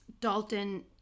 Dalton